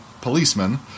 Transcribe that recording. policeman